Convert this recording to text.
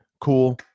cool